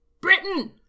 Britain